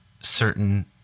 certain